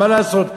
מה לעשות.